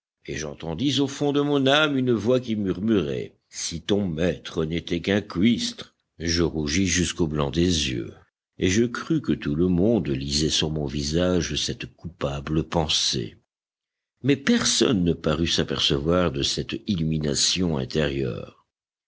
et j'entendis au fond de mon âme une voix qui murmurait si ton maître n'était qu'un cuistre je rougis jusqu'au blanc des yeux et je crus que tout le monde lisait sur mon visage cette coupable pensée mais personne ne parut s'apercevoir de cette illumination intérieure